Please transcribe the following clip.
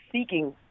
seeking